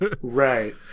Right